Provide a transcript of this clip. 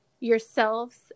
yourselves